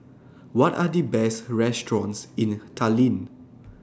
What Are The Best restaurants in Tallinn